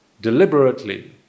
deliberately